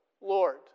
Lord